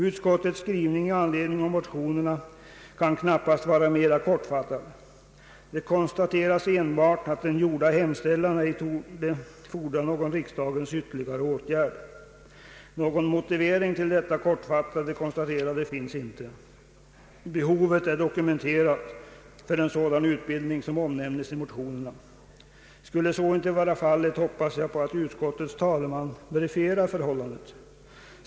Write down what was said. Utskottets skrivning i anledning av motionerna kan knappast vara mera kortfattad. Det konstateras enbart ait den gjorda hemställan ej torde fordra någon riksdagens ytterligare åtgärd. Någon motivering till detta kortfattade konstaterande finns inte. Behovet är dokumenterat för en sådan utbildning som omnämns i motionerna. Skulle så icke vara fallet, hoppas jag att utskottets talesman verifierar förhållandet.